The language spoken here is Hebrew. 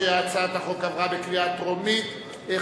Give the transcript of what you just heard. ההצעה להעביר את הצעת חוק המפלגות (תיקון,